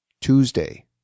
Tuesday